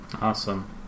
Awesome